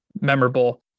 memorable